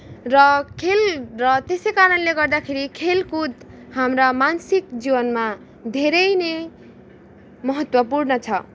र खेल र त्यसै कारणले गर्दाखेरि खेलकुद हाम्रा मान्सिक जीवनमा धेरै नै महत्वपूर्ण छ